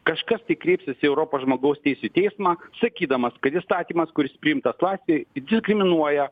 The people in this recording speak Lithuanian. kažkas tai kreipsis į europos žmogaus teisių teismą sakydamas kad įstatymas kuris priimtas latvijoj diskriminuoja